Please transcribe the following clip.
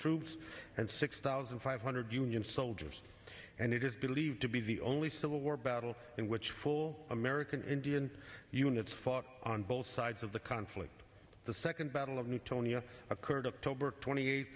troops and six thousand five hundred union soldiers and it is believed to be the only civil war battle in which full american indian units fought on both sides of the conflict the second battle of newtonian occurred of tolbert twenty eight